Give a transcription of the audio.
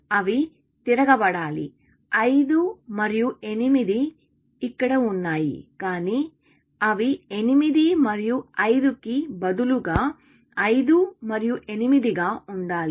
అవి తిరగబడాలి 5 మరియు 8 ఇక్కడ ఉన్నాయి కానీ అవి 8 మరియు 5 కి బదులుగా 5 మరియు 8 గా ఉండాలి